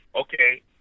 Okay